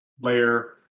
layer